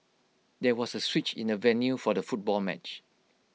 there was A switch in the venue for the football match